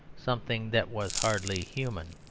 something that was hardly human.